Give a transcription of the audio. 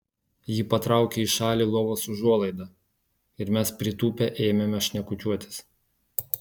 ji patraukė į šalį lovos užuolaidą ir mes pritūpę ėmėme šnekučiuotis